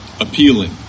appealing